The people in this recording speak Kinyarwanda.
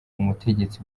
umutegetsi